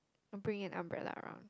don't bring an umbrella around